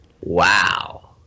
Wow